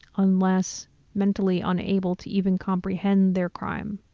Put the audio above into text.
unless mentally unable to even comprehend their crime.